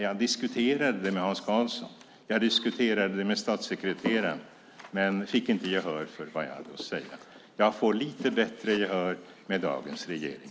Jag diskuterade det med Hans Karlsson och jag diskuterade det med statssekreteraren men fick inte gehör för det jag hade att säga. Jag får lite bättre gehör med dagens regering.